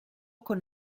con